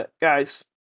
guys